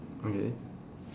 okay